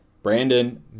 Brandon